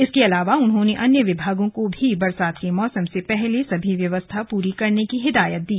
इसके अलावा उन्होंने अन्य विभागों को भी बरसात के मौसम से पहले सभी व्यवस्था पूरी करने की हिदायत दी